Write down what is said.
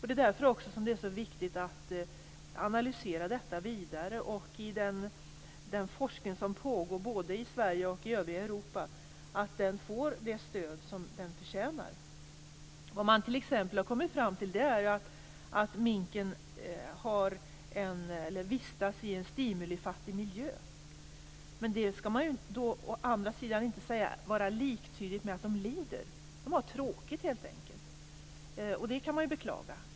Det är därför som det är så viktigt att analysera detta vidare och att den forskning som pågår både i Sverige och i övriga Europa får det stöd som den förtjänar. Vad man t.ex. har kommit fram till är att minken vistas i en stimulifattig miljö. Men det är inte liktydigt med att minkarna lider. De har tråkigt helt enkelt, och det kan man ju beklaga.